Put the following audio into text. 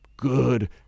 Good